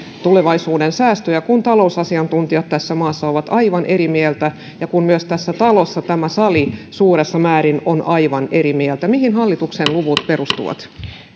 tulevaisuuden säästöt kun talousasiantuntijat tässä maassa ovat aivan eri mieltä ja kun myös tässä talossa tämä sali suuressa määrin on aivan eri mieltä mihin hallituksen luvut perustuvat